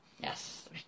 Yes